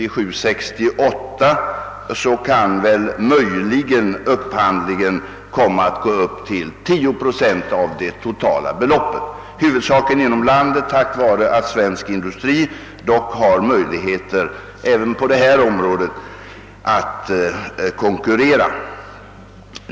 För budgetåret 1967/68 kan upphandlingen i utlandet möjligen komma att uppgå till 10 procent av det totala beloppet. Upphandlingen sker sålunda huvudsakligen inom landet, tack vare alt svensk industri även på detta område har möjligheter att konkurrera.